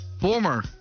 former